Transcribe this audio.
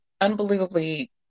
unbelievably